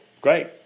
great